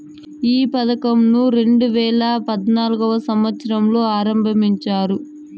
ఈ పథకంను రెండేవేల పద్నాలుగవ సంవచ్చరంలో ఆరంభించారు